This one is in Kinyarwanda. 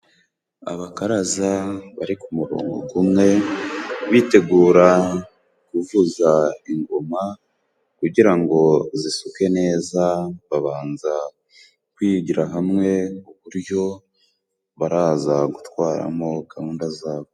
Abakaraza bari ku murongo umwe bitegura kuvuza ingoma kugira ngo zisuke neza, babanza kwigira hamwe uburyo baraza gutwaramo gahunda zabo.